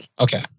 Okay